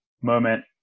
moment